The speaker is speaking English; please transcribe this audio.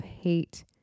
hate